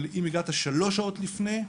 אבל אם הגעת שלוש שעות לפני,